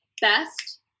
best